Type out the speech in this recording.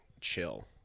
chill